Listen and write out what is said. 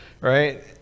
right